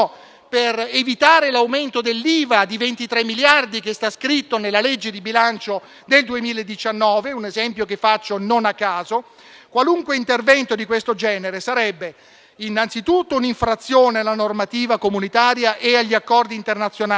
per evitare l'aumento dell'IVA di 23 miliardi, che sta scritto nella legge di bilancio del 2019 (un esempio che faccio non a caso), qualunque intervento di questo genere sarebbe innanzitutto un'infrazione alla normativa comunitaria e agli accordi internazionali,